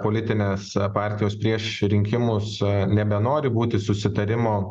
politinės partijos prieš rinkimus nebenori būti susitarimo